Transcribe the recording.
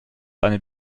eine